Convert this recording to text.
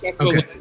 Okay